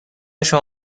شما